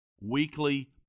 weekly